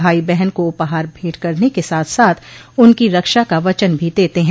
भाई बहन को उपहार भेंट करने के साथ साथ उनको रक्षा का वचन भी देते हैं